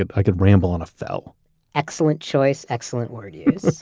ah i could ramble on a fell excellent choice. excellent word use